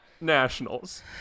nationals